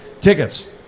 Tickets